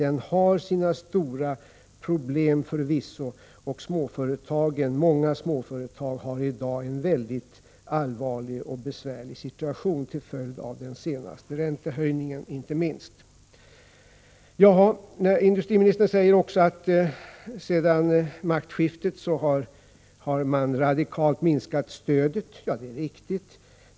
Förvisso finns det problem här, och många småföretag har i dag en mycket allvarlig och besvärlig situation, inte minst till följd av den senaste räntehöjningen. Industriministern sade också att stödet minskats radikalt efter maktskiftet. Det är riktigt.